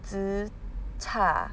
zi char